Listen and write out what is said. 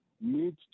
need